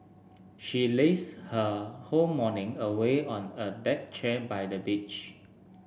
she lazed her whole morning away on a deck chair by the beach